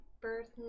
birth